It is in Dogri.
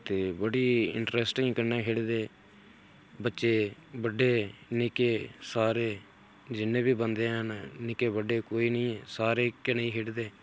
ते बड़ी इंट्रस्टिंग कन्नै खेढदे बच्चे बड्डे निक्के सारे जिन्ने बी बंदे हैन निक्के बड्डे कोई निं सारे इक्कै नेही खेढदे